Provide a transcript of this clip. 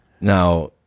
Now